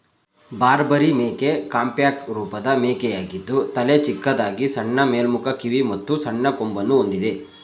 ಬಾರ್ಬರಿ ಮೇಕೆ ಕಾಂಪ್ಯಾಕ್ಟ್ ರೂಪದ ಮೇಕೆಯಾಗಿದ್ದು ತಲೆ ಚಿಕ್ಕದಾಗಿ ಸಣ್ಣ ಮೇಲ್ಮುಖ ಕಿವಿ ಮತ್ತು ಸಣ್ಣ ಕೊಂಬನ್ನು ಹೊಂದಿದೆ